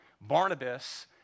Barnabas